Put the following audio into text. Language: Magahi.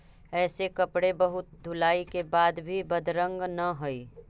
ऐसे कपड़े बहुत धुलाई के बाद भी बदरंग न हई